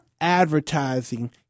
advertising